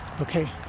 Okay